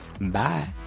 bye